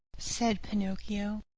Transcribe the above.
said pinocchio,